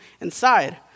inside